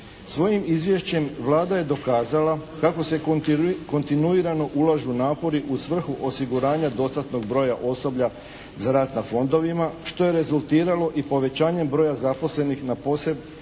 Svojim izvješćem Vlada je dokazala kako se kontinuirano ulažu napori u svrhu osiguranja dostatnog broja osoblja za rad na fondovima što je rezultiralo i povećanjem broja zaposlenih na